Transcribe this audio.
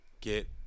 get